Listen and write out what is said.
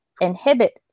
inhibit